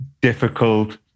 difficult